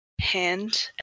hand